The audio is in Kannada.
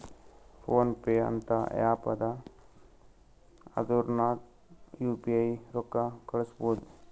ಫೋನ್ ಪೇ ಅಂತ ಆ್ಯಪ್ ಅದಾ ಅದುರ್ನಗ್ ಯು ಪಿ ಐ ರೊಕ್ಕಾ ಕಳುಸ್ಬೋದ್